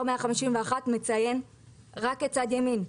תקן R151 מציין רק את צד ימין,